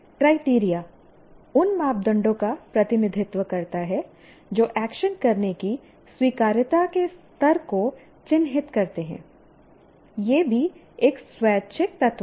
criteria " उन मापदंडों का प्रतिनिधित्व करता है जो एक्शन करने की स्वीकार्यता के स्तर को चिह्नित करते हैं यह भी एक स्वैच्छिक तत्व है